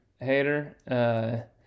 hater